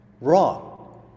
wrong